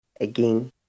again